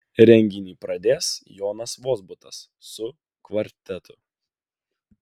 renginį pradės jonas vozbutas su kvartetu